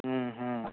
ह्म्म ह्म्म